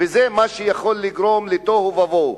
וזה מה שיכול לגרום לתוהו ובוהו.